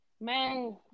man